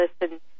listen